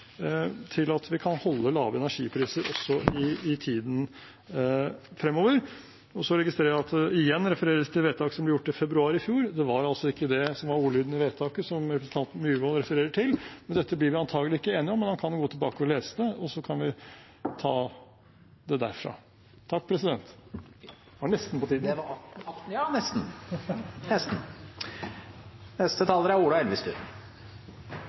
til at vi kan holde lave energipriser også i tiden fremover. Så registrerer jeg at det igjen refereres til vedtak som ble gjort i februar i fjor. Det var altså ikke det som var ordlyden i vedtaket som representanten Myhrvold refererer til. Dette blir vi antagelig ikke enige om, men han kan jo gå tilbake og lese det, og så kan vi ta det derfra. Vi har høye strømpriser, og det har vi hatt en god stund, men jeg er ikke enig i at